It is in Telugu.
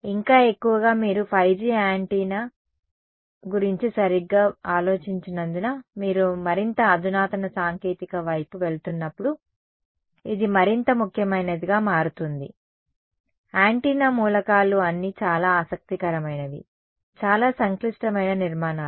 ఇంకా ఎక్కువగా మీరు 5G యాంటెన్నా గురించి సరిగ్గా ఆలోచించినందున మీరు మరింత అధునాతన సాంకేతికత వైపు వెళుతున్నప్పుడు ఇది మరింత ముఖ్యమైనదిగా మారుతుంది యాంటెన్నా మూలకాలు అన్నీ చాలా ఆసక్తికరమైనవి చాలా సంక్లిష్టమైన నిర్మాణాలు